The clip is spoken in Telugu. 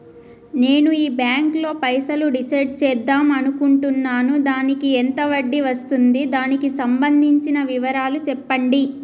నేను ఈ బ్యాంకులో పైసలు డిసైడ్ చేద్దాం అనుకుంటున్నాను దానికి ఎంత వడ్డీ వస్తుంది దానికి సంబంధించిన వివరాలు చెప్పండి?